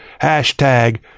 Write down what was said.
Hashtag